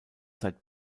seit